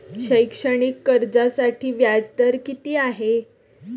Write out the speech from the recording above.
शैक्षणिक कर्जासाठी व्याज दर किती आहे?